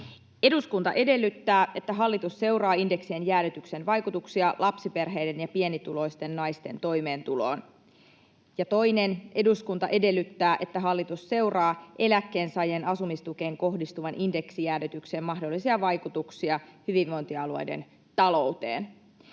”Eduskunta edellyttää, että hallitus seuraa indeksien jäädytyksen vaikutuksia lapsiperheiden ja pienituloisten naisten toimeentuloon.” Ja toinen: ”Eduskunta edellyttää, että hallitus seuraa eläkkeensaajien asumistukeen kohdistuvan indeksijäädytyksen mahdollisia vaikutuksia hyvinvointialueiden talouteen.”